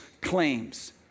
claims